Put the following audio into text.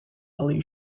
ali